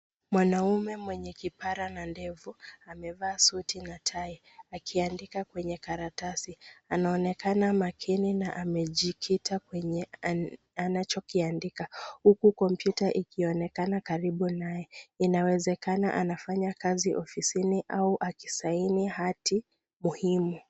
Mwanaume mwenye kipara na ndevu amevaa suti na tai akiandika kwenye karatasi. Anaonekana makini na amejikita kwenye anachokiandika, huku kompyuta ikionekana karibu naye. Inawezekana anafanya kazi ofisini au akisaini hati muhimu.